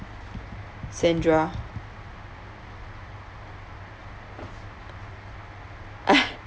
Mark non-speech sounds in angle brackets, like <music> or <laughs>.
sandra <laughs>